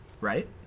right